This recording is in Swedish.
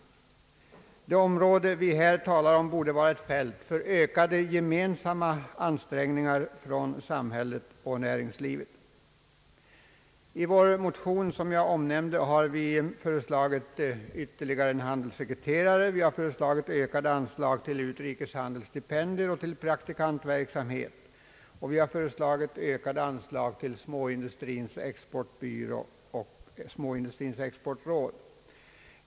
Detta område borde vara ett fält för ökade gemensamma ansträngningar från samhället och näringslivet. I vår motion har vi föreslagit ytterligare en handelssekreterare, ökade anslag till utrikeshandelsstipendier, till praktikantverksamhet och ökade anslag till Småindustrins exportbyrå och till Småindustrins exportråd.